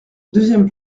deuxième